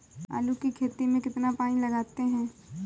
आलू की खेती में कितना पानी लगाते हैं?